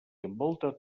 envolta